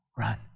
Run